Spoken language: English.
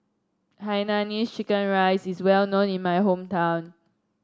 Hainanese Chicken Rice is well known in my hometown